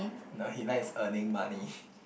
no he likes earning money